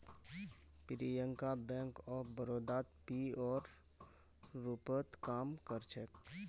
Priyanka bank of बड़ौदात पीओर रूपत काम कर छेक